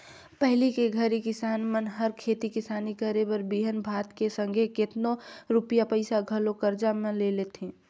पहिली के घरी किसान मन हर खेती किसानी करे बर बीहन भात के संघे केतनो रूपिया पइसा घलो करजा में ले लेथें